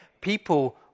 people